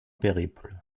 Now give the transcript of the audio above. périple